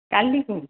କାଲିକୁ